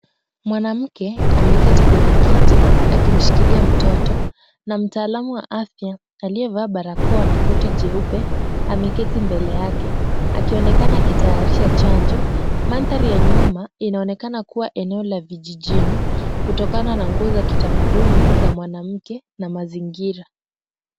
Mwanamke ameketi kwenye kiti akimshikilia mtoto na mtaalamu wa afya aliyevaa barakoa na koti jeupe ameketi mbele yake akionekana akitayarisha chanjo. Mandhari ya nyuma inaonekana kuwa eneo la vijijini kutokana na nguo za kitamaduni za mwanamke na mazingira.